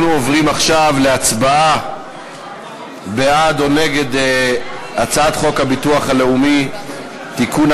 אנחנו עוברים עכשיו להצבעה בעד או נגד הצעת חוק הביטוח הלאומי (תיקון,